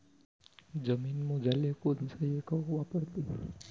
जमीन मोजाले कोनचं एकक वापरते?